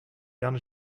jan